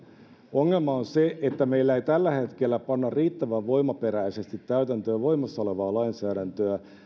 ongelma on se että meillä ei tällä hetkellä panna riittävän voimaperäisesti täytäntöön voimassa olevaa lainsäädäntöä